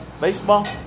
Baseball